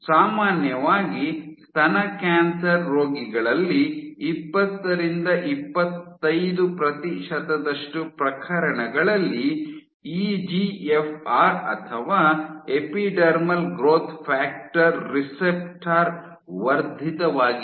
ಸಾಮಾನ್ಯವಾಗಿ ಸ್ತನ ಕ್ಯಾನ್ಸರ್ ರೋಗಿಗಳಲ್ಲಿ ಇಪ್ಪತ್ತರಿಂದ ಇಪ್ಪತ್ತೈದು ಪ್ರತಿಶತದಷ್ಟು ಪ್ರಕರಣಗಳಲ್ಲಿ ಇ ಜಿ ಎಫ್ ಆರ್ ಅಥವಾ ಎಪಿಡರ್ಮಲ್ ಗ್ರೋಥ್ ಫ್ಯಾಕ್ಟರ್ ರಿಸೆಪ್ಟರ್ ವರ್ಧಿತವಾಗಿದೆ